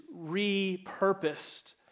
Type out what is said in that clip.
repurposed